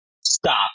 stop